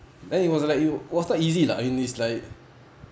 then it was like you it was not easy lah in this like